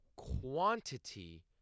Quantity